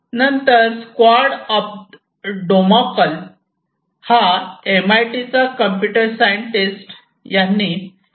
नंतर sword of Damocles हा M I T चा कम्प्युटर सायंटिस्ट यांनी सन 1968 मध्ये बनवला